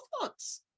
thoughts